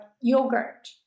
yogurt